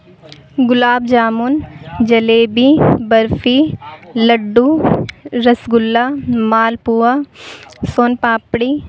گلاب jamun jalebi barfi laddu rasgulla malpua soan papdi